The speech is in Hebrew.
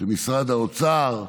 משרד האוצר החליט,